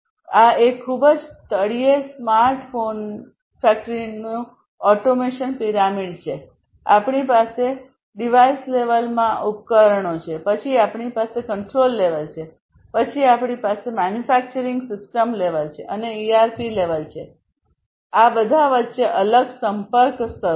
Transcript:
આ એક ખૂબ જ તળિયે સ્માર્ટ ફેક્ટરીનું ઓટોમેશન પિરામિડ છે આપણી પાસે ડિવાઇસ લેવલમાં ઉપકરણો છે પછી આપણી પાસે કંટ્રોલ લેવલ છે પછી આપણી પાસે મેન્યુફેક્ચરિંગ સિસ્ટમ લેવલ છે અને ERP લેવલ છે વચ્ચે આ બધા અલગ સંપર્ક સ્તરો